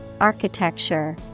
architecture